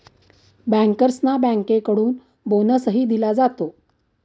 बँकर्सना बँकेकडून बोनसही दिला जातो